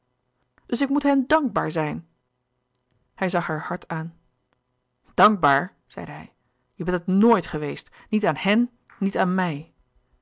dus ik moet hun dankbaar zijn hij zag haar hard aan dankbaar zeide hij je bent het nooit geweest niet aan hen niet aan mij